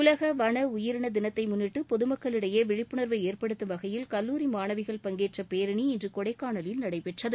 உலக வன உயிரின தினத்தை முன்னிட்டு பொதுமக்களிடையே விழிப்புணர்வு ஏற்படுத்தும் வகையில் கல்லூரி மாணவிகள் பங்கேற்ற பேரணி இன்று கொடைக்கானலில் நடைபெற்றது